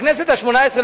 הכנסת השמונה-עשרה,